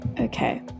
Okay